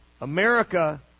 America